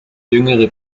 jüngere